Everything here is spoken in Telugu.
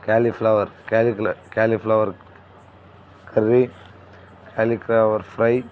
cauliflower cal cauliflower curry cauliflower fry